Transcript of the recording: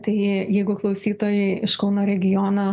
tai jeigu klausytojai iš kauno regiono